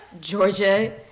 Georgia